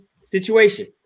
situation